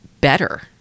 better